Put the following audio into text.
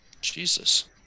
Jesus